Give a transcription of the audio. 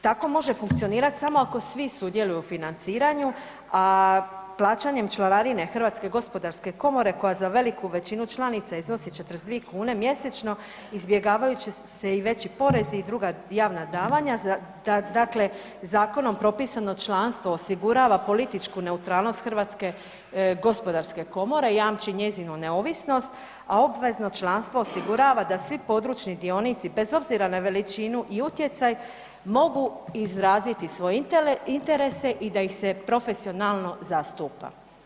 Tako može funkcionirati samo ako svi sudjeluju u financiranju plaćanjem članarine Hrvatske gospodarske komore koja za veliku članica iznosi 42 kune mjesečno izbjegavajući se i veći porezi i druga javna davanja, dakle zakonom propisano članstvo osigurava političku neutralnost Hrvatske gospodarske komore, jamči njezinu neovisnost, a obvezno članstvo osigurava da svi područni dionici bez obzira na veličinu i utjecaj mogu izraziti svoje interese i da ih se profesionalno zastupa.